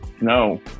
No